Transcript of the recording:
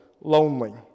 lonely